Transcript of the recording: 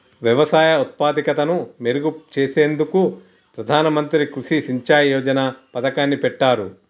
వ్యవసాయ ఉత్పాదకతను మెరుగు చేసేందుకు ప్రధాన మంత్రి కృషి సించాయ్ యోజన పతకాన్ని పెట్టారు